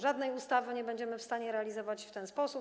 Żadnej ustawy nie będziemy w stanie realizować w ten sposób.